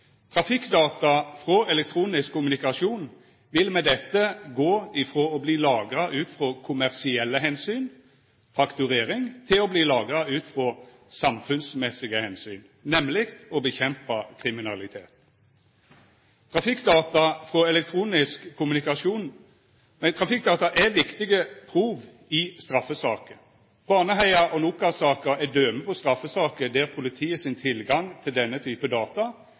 Trafikkdata frå elektronisk kommunikasjon vil med dette gå ifrå å verta lagra ut frå kommersielle omsyn, fakturering, til å verta lagra ut frå samfunnsmessige omsyn, nemleg å kjempa mot kriminalitet. Trafikkdata er viktige prov i straffesaker. Baneheia- og Nokas-saka er døme på straffesaker der politiet sin tilgang til denne typen data